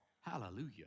Hallelujah